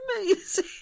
Amazing